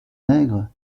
nègre